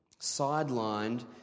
sidelined